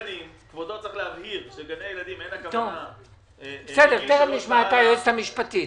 כבודו צריך להבהיר שגני ילדים אין הגנה --- נשמע את היועצת המשפטית.